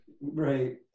right